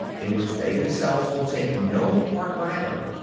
in which they themselves will take no part whatever.